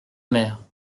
maire